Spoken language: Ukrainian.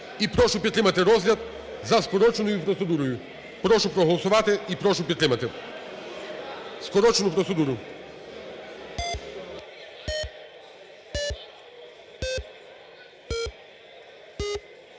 І прошу підтримати розгляд за скороченою процедурою. Прошу проголосувати і прошу підтримати скорочену процедуру.